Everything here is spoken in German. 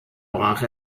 brach